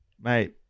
mate